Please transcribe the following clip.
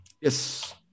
Yes